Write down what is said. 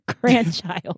grandchild